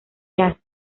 jazz